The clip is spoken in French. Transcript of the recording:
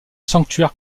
sanctuaire